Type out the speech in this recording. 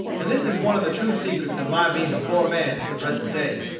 and this is one of the true secrets of my being a poor man to the present day.